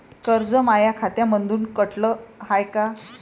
कर्ज माया खात्यामंधून कटलं हाय का?